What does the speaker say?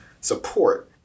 support